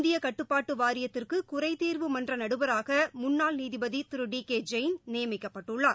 இந்திய கட்டுப்பாட்டு வாரியத்திற்கு குறைதீர்வு மன்ற நடுவராக முன்னாள் நீதிபதி திரு டி கே ஜெயின் நியமிக்கப்பட்டுள்ளார்